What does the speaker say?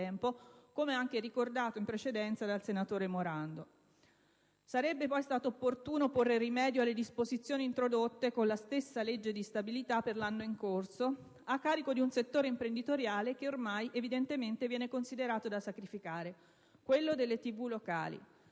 come anche ricordato in precedenza dal senatore Morando. Sarebbe poi stato opportuno porre rimedio alle disposizioni introdotte con la stessa legge di stabilità per l'anno in corso a carico di un settore imprenditoriale che ormai evidentemente viene considerato da sacrificare, quello delle TV locali,